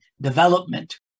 development